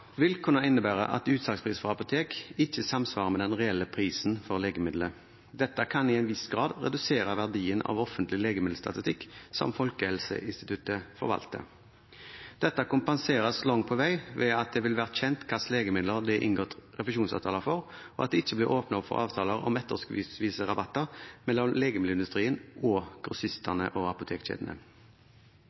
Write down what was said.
vil kunne innebære at utsalgspris fra apotek ikke samsvarer med den reelle prisen for legemidlet. Dette kan i en viss grad redusere verdien av offentlig legemiddelstatistikk, som Folkehelseinstituttet forvalter. Dette kompenseres langt på vei ved at det vil være kjent hva slags legemiddel det er inngått refusjonsavtaler for, og at det ikke blir åpnet opp for avtaler om etterskuddsvise rabatter mellom legemiddelindustrien og grossistene og apotekkjedene.